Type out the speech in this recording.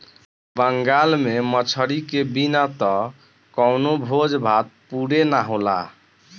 बंगाल में मछरी के बिना त कवनो भोज भात पुरे ना होला